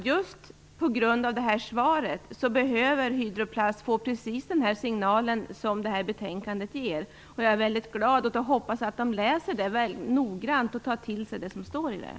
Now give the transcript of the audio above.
Just på grund av det här svaret behöver Hydro Plast få precis den signal som detta betänkande ger. Jag hoppas att man där läser det noga och tar till sig det som står där.